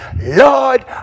Lord